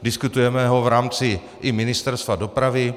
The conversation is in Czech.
Diskutujeme ho v rámci i Ministerstva dopravy.